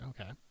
okay